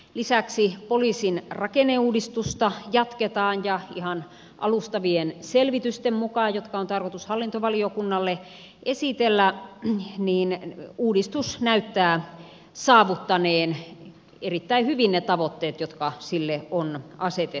lisäksi poliisin rakenneuudistusta jatketaan ja ihan alustavien selvitysten mukaan jotka on tarkoitus hallintovaliokunnalle esitellä uudistus näyttää saavuttaneen erittäin hyvin ne tavoitteet jotka sille on asetettu